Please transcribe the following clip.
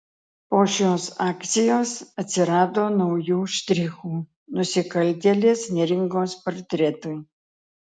po šios akcijos atsirado naujų štrichų nusikaltėlės neringos portretui